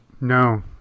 no